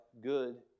good